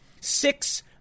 Six